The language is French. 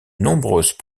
nombreuses